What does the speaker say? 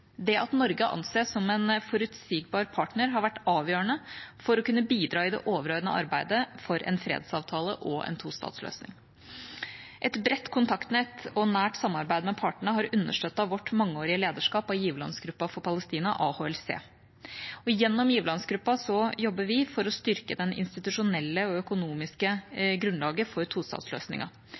Det at Norge anses som en forutsigbar partner, har vært avgjørende for å kunne bidra i det overordnede arbeidet for en fredsavtale og en tostatsløsning. Et bredt kontaktnett og nært samarbeid med partene har understøttet vårt mangeårige lederskap av giverlandsgruppa for Palestina, AHLC. Gjennom giverlandsgruppa jobber vi for å styrke det institusjonelle og økonomiske grunnlaget for